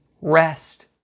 rest